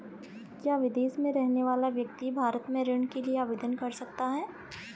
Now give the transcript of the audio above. क्या विदेश में रहने वाला व्यक्ति भारत में ऋण के लिए आवेदन कर सकता है?